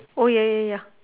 oh ya ya ya